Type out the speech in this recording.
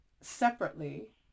separately